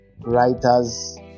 writer's